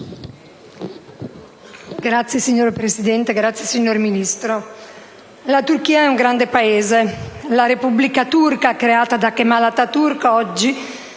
la Turchia è un grande Paese. La Repubblica turca creata da Kemal Atatürk sta